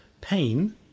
pain